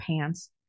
pants